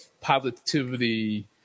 positivity